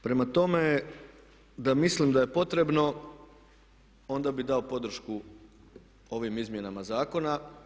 Prema tome, da mislim da je potrebno onda bih dao podršku ovim izmjenama zakona.